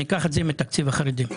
ניקח את זה מתקציב החרדים.